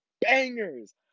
bangers